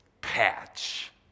patch